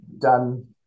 done